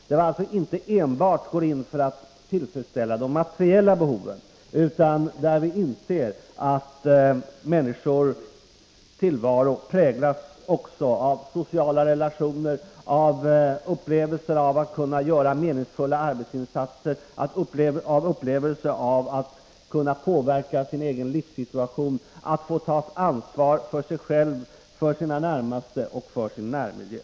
Man skall alltså inte enbart gå in för att tillgodose de materiella behoven, utan det gäller att inse att människors tillvaro också präglas av sociala relationer, av upplevelser att kunna göra meningsfulla arbetsinsatser, av upplevelser att kunna påverka sin egen livssituation, att kunna få ta ett ansvar för sig själv, sina närmaste och för sin närmiljö.